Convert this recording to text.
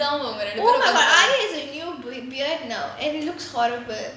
oh my god aari has new b~ beard now and he looks horrible